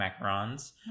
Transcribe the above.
macarons